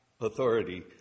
authority